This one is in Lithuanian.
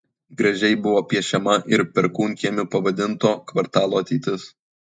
gražiai buvo piešiama ir perkūnkiemiu pavadinto kvartalo ateitis